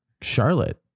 Charlotte